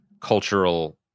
cultural